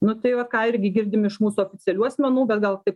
nu tai va ką irgi girdim iš mūsų oficialių asmenų bet gal taip